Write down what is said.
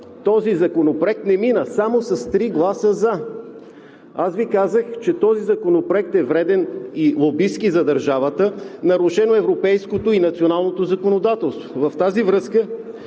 този законопроект не мина – само с три гласа „за“. Аз Ви казах, че този законопроект е вреден и лобистки за държавата – нарушено е европейското и националното законодателство. В тази връзка